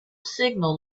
signal